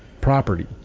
property